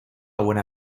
buena